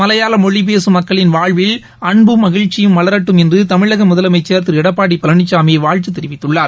மலையாளமொழிபேசும் மக்களின் வாழ்வில் அன்பும் மகிழ்ச்சியும் மலரட்டும் என்றுதமிழகமுதலமைச்சர் திருளடப்பாடிபழனிசாமிவாழ்த்துதெரிவித்துள்ளார்